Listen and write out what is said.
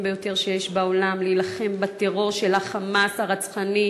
ביותר שיש בעולם להילחם בטרור של ה"חמאס" הרצחני,